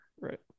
Right